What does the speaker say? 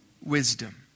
wisdom